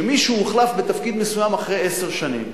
שמישהו הוחלף בתפקיד מסוים אחרי עשר שנים,